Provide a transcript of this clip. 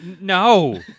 No